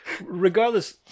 regardless